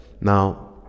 now